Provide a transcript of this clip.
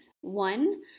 One